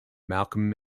malcolm